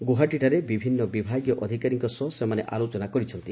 ଗୌହାଟୀଠାରେ ବିଭିନ୍ନ ବିଭାଗୀୟ ଅଧିକାରୀଙ୍କ ସହ ସେମାନେ ଆଲୋଚନା କରିଛନ୍ତି